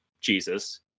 Jesus—